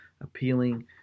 appealing